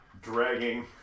dragging